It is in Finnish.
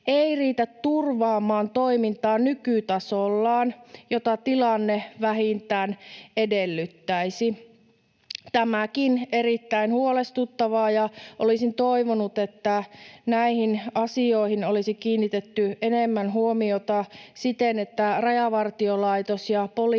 ei riitä turvaamaan toimintaa nykytasollaan, jota tilanne vähintään edellyttäisi. Tämäkin on erittäin huolestuttavaa, ja olisin toivonut, että näihin asioihin olisi kiinnitetty enemmän huomiota siten, että Rajavartiolaitos ja poliisi